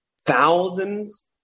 Thousands